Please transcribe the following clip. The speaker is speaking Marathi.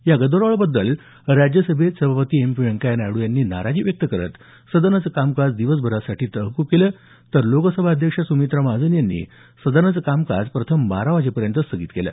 या गदारोळाबद्दल राज्यसभेत सभापती एम व्यंकय्या नायड्र यांनी नाराजी व्यक्त करत सदनाचं कामकाज दिवसभरासाठी तहकूब केलं तर लोकसभा अध्यक्ष सुमित्रा महाजन यांनी सदनाचं कामकाज प्रथम बारा वाजेपर्यंत स्थगित केलं